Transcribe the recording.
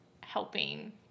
helping